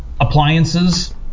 appliances